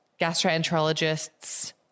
gastroenterologists